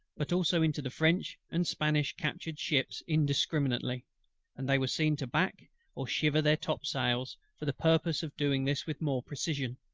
but also into the french and spanish captured ships indiscriminately and they were seen to back or shiver their topsails for the purpose of doing this with more precision.